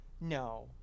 No